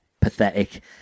pathetic